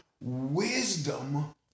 wisdom